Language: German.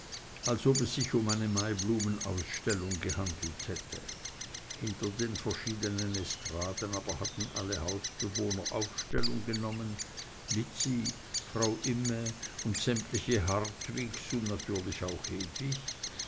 als ob es sich um eine maiblumenausstellung gehandelt hätte hinter den verschiedenen estraden aber hatten alle hausbewohner aufstellung genommen lizzi frau imme und sämtliche hartwigs und natürlich auch hedwig